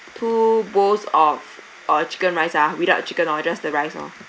two bowls of uh chicken rice ah without chicken oh just the rice oh